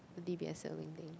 d_b_s sailing thing